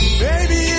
baby